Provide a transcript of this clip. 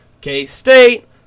k-state